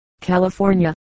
California